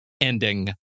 ending